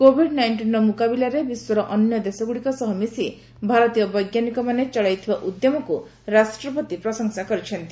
Covid ନାଇଷ୍ଟିନ୍ର ମୁକାବିଲାରେ ବିଶ୍ୱର ଅନ୍ୟ ଦେଶଗୁଡ଼ିକ ସହ ମିଶି ଭାରତୀୟ ବୈଜ୍ଞାନିକମାନେ ଚଳେଉଥିବା ଉଦ୍ୟମକୁ ରାଷ୍ଟ୍ରପତି ପ୍ରଶଂସା କରିଛନ୍ତି